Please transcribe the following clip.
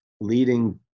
leading